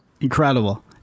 Incredible